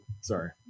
sorry